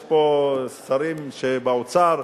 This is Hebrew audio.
יש פה שרים שהיו באוצר,